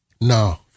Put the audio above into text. No